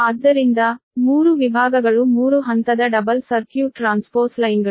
ಆದ್ದರಿಂದ 3 ವಿಭಾಗಗಳು 3 ಹಂತದ ಡಬಲ್ ಸರ್ಕ್ಯೂಟ್ ಟ್ರಾನ್ಸ್ಪೋಸ್ ಲೈನ್ಗಳು